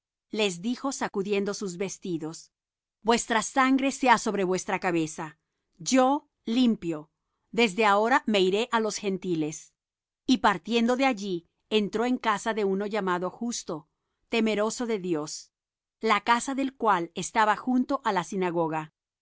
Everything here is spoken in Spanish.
les dijo sacudiendo sus vestidos vuestra sangre sea sobre vuestra cabeza yo limpio desde ahora me iré á los gentiles y partiendo de allí entró en casa de uno llamado justo temeroso de dios la casa del cual estaba junto á la sinagoga